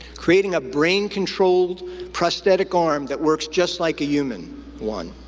creating a brain-controlled prosthetic arm that works just like a human one.